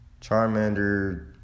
Charmander